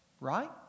right